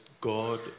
God